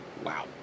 Wow